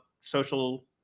social